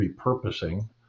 repurposing